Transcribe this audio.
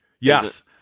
Yes